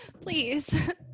Please